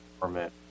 permit